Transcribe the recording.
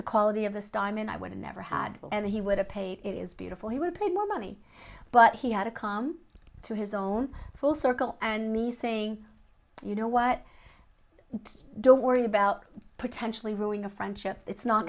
the quality of this diamond i would never had and he would have paid it is beautiful he would paid more money but he had to come to his own full circle and me saying you know what don't worry about potentially ruin a friendship it's not